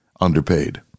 underpaid